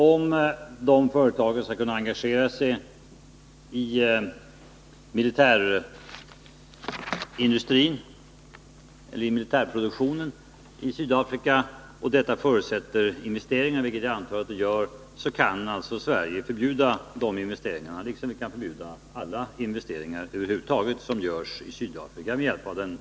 Om alltså företag vill engagera sig i militärindustrin eller i militärproduktionen i Sydafrika — och detta förutsätter investeringar — kan alltså Sverige förbjuda de investeringarna liksom vi med hjälp av den lagstiftning som finns kan förbjuda alla nyinvesteringar av svenska företag i Sydafrika över huvud taget.